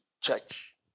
church